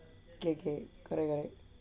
K K correct correct